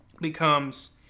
becomes